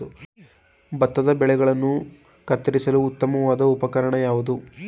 ಭತ್ತದ ಬೆಳೆಗಳನ್ನು ಕತ್ತರಿಸಲು ಉತ್ತಮವಾದ ಉಪಕರಣ ಯಾವುದು?